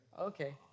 okay